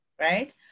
right